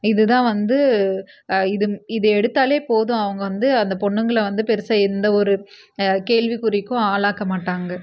இதுதான் வந்து இது இது எடுத்தாலே போதும் அவங்க வந்து அந்த பொண்ணுங்களை வந்து பெருசாக எந்த ஒரு கேள்வி குறிக்கும் ஆளாக்க மாட்டாங்க